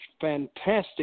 fantastic